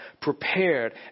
prepared